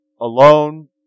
alone